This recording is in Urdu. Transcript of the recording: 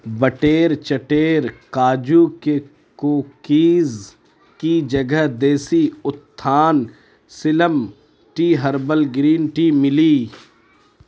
بٹیر چٹیر کاجو کے کوکیز کی جگہ دیسی اتتھان slim tea herbal green tea ملی